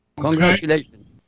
congratulations